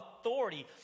authority